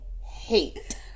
hate